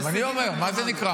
גם אני אומר, מה זה נקרא?